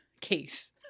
case